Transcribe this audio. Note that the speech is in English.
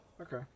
Okay